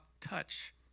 touch